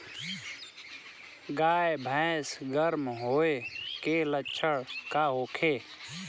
गाय भैंस गर्म होय के लक्षण का होखे?